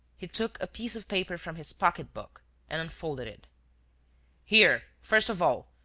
he took a piece of paper from his pocketbook and unfolded it here, first of all,